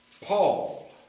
Paul